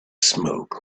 smoke